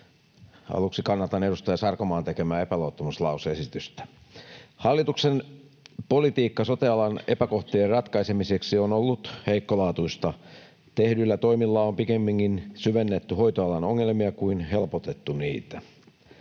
Aluksi kannatan edustaja Sarkomaan tekemää epäluottamuslause-esitystä. Hallituksen politiikka sote-alan epäkohtien ratkaisemiseksi on ollut heikkolaatuista. Tehdyillä toimilla on pikemminkin syvennetty hoitoalan ongelmia kuin helpotettu niitä.